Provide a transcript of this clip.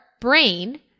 brain